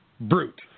brute